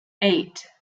eight